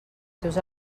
seus